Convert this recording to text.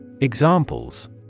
Examples